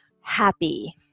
happy